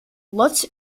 lutz